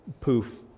poof